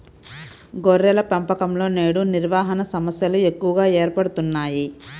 గొర్రెల పెంపకంలో నేడు నిర్వహణ సమస్యలు ఎక్కువగా ఏర్పడుతున్నాయి